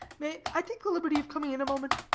may i take the liberty of coming in a moment?